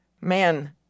man